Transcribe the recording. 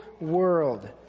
world